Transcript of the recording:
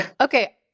Okay